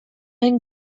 این